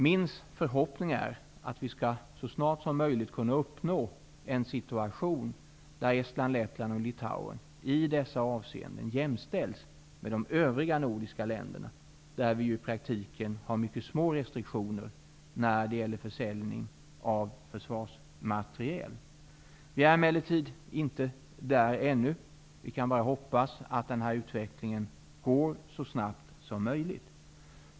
Min förhoppning är att vi så snart som möjligt skall kunna uppnå en situation där Estland, Lettland och Litauen i dessa avseenden jämställs med de övriga nordiska länderna, där vi ju i praktiken har mycket små restriktioner för försäljning av försvarsmateriel. Vi är emellertid inte där ännu. Vi kan bara hoppas att denna utveckling går så snabbt som möjligt.